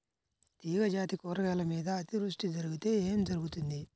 తీగజాతి కూరగాయల మీద అతివృష్టి జరిగితే ఏమి జరుగుతుంది?